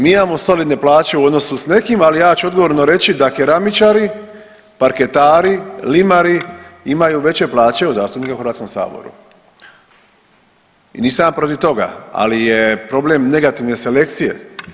Mi imamo solidne plaće u odnosu s nekim, ali ja ću odgovorno reći da keramičari, parketari, limari, imaju veće plaće od zastupnika u HS i nisam ja protiv toga, ali je problem negativne selekcije.